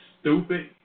stupid